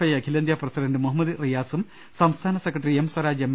I അഖിലേന്ത്യ president Muhammad റിയാസും സംസ്ഥാന സെക്രട്ടറി എം സ്വരാജ് എം